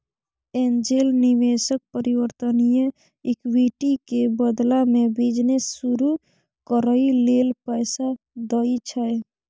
angel निवेशक परिवर्तनीय equity के बदला में बिजनेस शुरू करइ लेल पैसा दइ छै